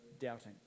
doubting